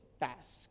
task